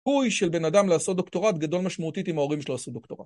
הסיכוי של בן אדם לעשות דוקטורט גדול משמעותית עם ההורים שלו לעשות דוקטורט.